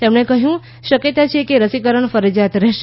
તેમણે કહ્યું શક્યતા છે કે રસીકરણ ફરજિયાત રહેશે